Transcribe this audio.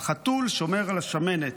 החתול שומר על השמנת.